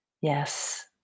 Yes